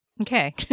Okay